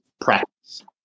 practice